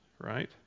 right